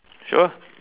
sure